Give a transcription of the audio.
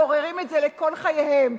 גוררים את זה לכל חייהם.